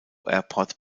airport